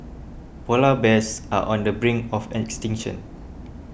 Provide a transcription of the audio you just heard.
Polar Bears are on the brink of extinction